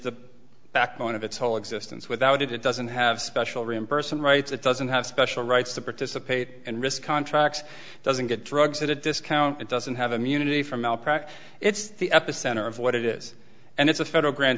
the backbone of its whole existence without it it doesn't have special reimbursement rights it doesn't have special rights to participate in risk contracts doesn't get drugs at a discount it doesn't have immunity from malpractise it's the epicenter of what it is and it's a federal grant